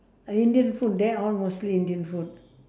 uh indian food there all mostly indian food